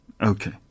Okay